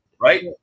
Right